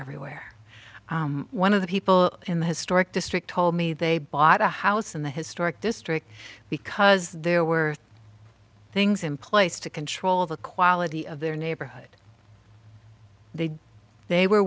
everywhere one of the people in the historic district told me they bought a house in the historic district because there were things in place to control the quality of their neighborhood they they were